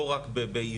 לא רק בעברית,